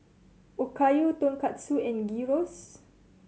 Okayu Tonkatsu and Gyros